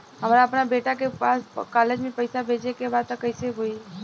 हमरा अपना बेटा के पास कॉलेज में पइसा बेजे के बा त कइसे होई?